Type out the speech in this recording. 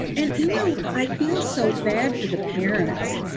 and, you know, i feel so bad for the parents.